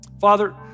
Father